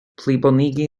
plibonigi